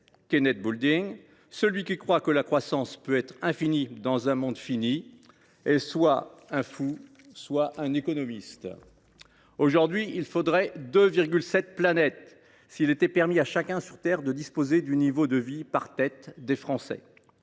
le rappelait :« Celui qui croit que la croissance peut être infinie dans un monde fini est soit un fou, soit un économiste. » Aujourd’hui, il faudrait 2,7 planètes s’il était permis à chacun sur terre de disposer du niveau de vie par tête des Français.